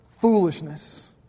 foolishness